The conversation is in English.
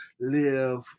live